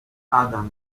adam